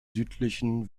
südlichen